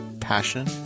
passion